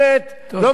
לא מגיע לנו,